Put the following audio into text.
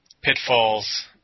pitfalls